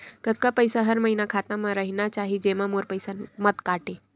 कतका पईसा हर महीना खाता मा रहिना चाही जेमा मोर पईसा मत काटे?